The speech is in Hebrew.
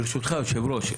ברשותך היושב ראש,